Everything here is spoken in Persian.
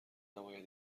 نباید